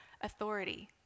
authority